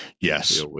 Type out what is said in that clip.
Yes